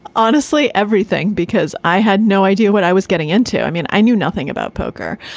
honestly, everything, because i had no idea what i was getting into. i mean, i knew nothing about poker,